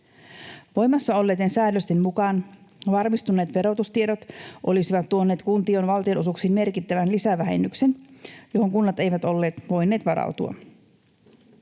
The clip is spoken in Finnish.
Voimassa olleiden säädösten mukaan valmistuneet verotustiedot olisivat tuoneet kuntien valtionosuuksiin merkittävän lisävähennyksen, johon kunnat eivät olleet voineet varautua.